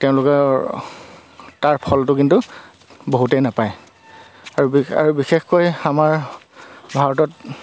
তেওঁলোকৰ তাৰ ফলটো কিন্তু বহুতেই নাপায় আৰু বিশে বিশেষকৈ আমাৰ ভাৰতত